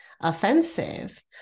offensive